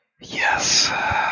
Yes